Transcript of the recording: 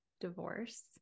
divorce